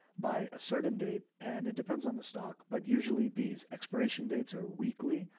by a certain date. and it depends on the stock, but usually these expiration dates are weekly.